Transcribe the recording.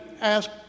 ask